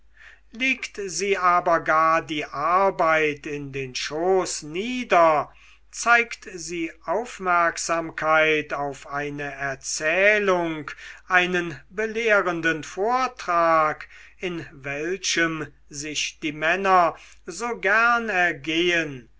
legt sie aber gar die arbeit in den schoß nieder zeigt sie aufmerksamkeit auf eine erzählung einen belehrenden vortrag in welchem sich die männer so gern ergehen